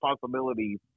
possibilities